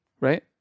Right